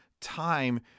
time